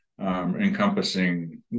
Encompassing